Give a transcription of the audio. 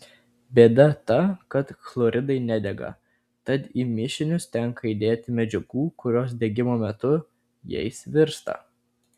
bėda ta kad chloridai nedega tad į mišinius tenka įdėti medžiagų kurios degimo metu jais virsta